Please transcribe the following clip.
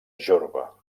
jorba